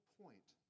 point